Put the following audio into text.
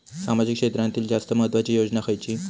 सामाजिक क्षेत्रांतील जास्त महत्त्वाची योजना खयची?